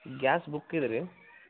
gas book ಇದೆ ರೀ